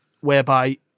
whereby